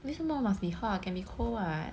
为什么 must be hot can be cold what